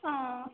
ஆ